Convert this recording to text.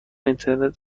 اینترنت